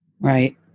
Right